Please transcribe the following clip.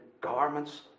garments